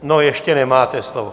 No, ještě nemáte slovo.